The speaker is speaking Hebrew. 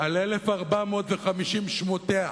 על 1,450 שמותיה,